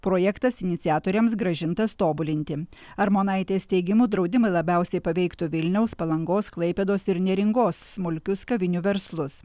projektas iniciatoriams grąžintas tobulinti armonaitės teigimu draudimai labiausiai paveiktų vilniaus palangos klaipėdos ir neringos smulkius kavinių verslus